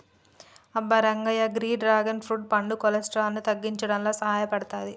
అబ్బ రంగయ్య గీ dragon fruit పండు కొలెస్ట్రాల్ ని తగ్గించడంలో సాయపడతాది